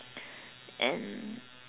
and